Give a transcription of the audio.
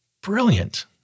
Brilliant